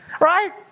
right